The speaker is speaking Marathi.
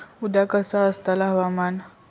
उद्या कसा आसतला हवामान?